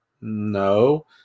No